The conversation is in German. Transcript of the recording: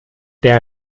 der